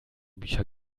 bücher